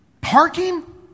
parking